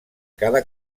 cada